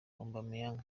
aubameyang